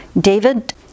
David